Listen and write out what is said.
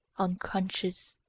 unconscious,